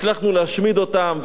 הצלחנו להשמיד אותם,